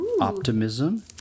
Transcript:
optimism